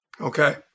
Okay